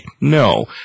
no